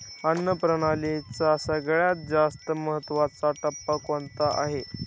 अन्न प्रणालीचा सगळ्यात जास्त महत्वाचा टप्पा कोणता आहे?